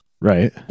Right